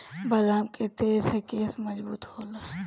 बदाम के तेल से केस मजबूत होला